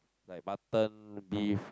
like mutton beef